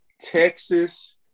Texas